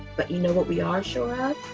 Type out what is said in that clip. but you know what we are sure of?